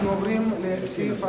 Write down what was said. שום סיבה